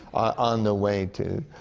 on the way to